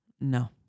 No